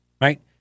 right